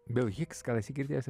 bill hicks gal esi girdėjus